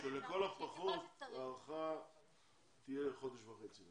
נכתוב שלכל הפחות ההארכה תהיה חודש וחצי.